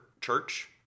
church